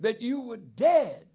that you were dead